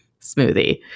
smoothie